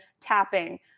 tapping